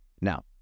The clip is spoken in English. Now